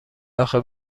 آخه